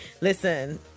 listen